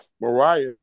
Mariah